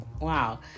Wow